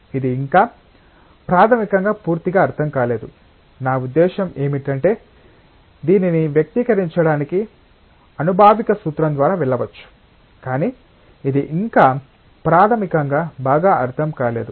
ఇది ఇంకా ప్రాథమికంగా పూర్తిగా అర్థం కాలేదు నా ఉద్దేశ్యం ఏమిటంటే దీనిని వ్యక్తీకరించడానికి అనుభావిక సూత్రం ద్వారా వెళ్ళవచ్చు కాని ఇది ఇంకా ప్రాథమికంగా బాగా అర్థం కాలేదు